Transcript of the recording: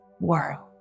world